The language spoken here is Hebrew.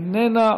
איננה,